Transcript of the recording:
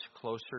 closer